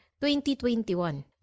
2021